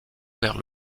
vers